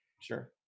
Sure